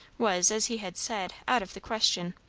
was, as he had said, out of the question.